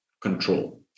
control